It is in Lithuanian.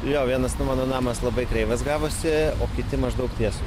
jo vienas nu mano namas labai kreivas gavosi o kiti maždaug tiesūs